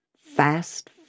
fast